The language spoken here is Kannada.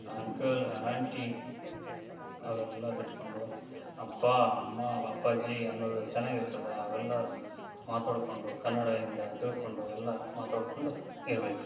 ಅಂಕಲ್ ಆಂಟಿ ಅವೆಲ್ಲ ಬಿಟ್ಕೊಂಡು ಅಪ್ಪ ಅಮ್ಮ ಅಪ್ಪಾಜಿ ಅನ್ನೋದು ಚೆನ್ನಾಗಿರ್ತದ ಅವೆಲ್ಲ ಮಾತಾಡಿಕೊಂಡು ಕನ್ನಡಯಿಂದ ತಿಳ್ಕೊಂಡು ಎಲ್ಲ ಮಾತಾಡಿಕೊಂಡು ಇರಬೇಕು